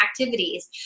activities